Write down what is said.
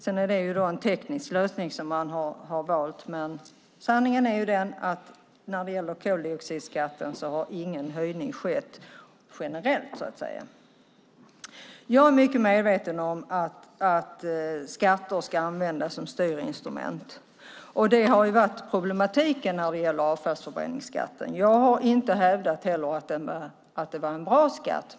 Det är en teknisk lösning som man har valt. Men sanningen är att ingen höjning av koldioxidskatten har skett generellt. Jag är mycket medveten om att skatter ska användas som styrinstrument. Det har varit problematiken när det gäller avfallsförbränningsskatten. Jag har inte hävdat att det var en bra skatt.